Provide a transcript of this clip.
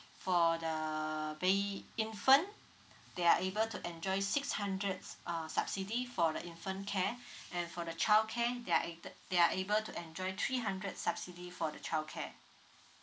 for the err baby infant they are able to enjoy six hundreds err subsidy for the infant care and for the childcare they are they are able to enjoy three hundred subsidy for the childcare